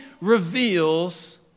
reveals